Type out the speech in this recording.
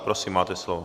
Prosím, máte slovo.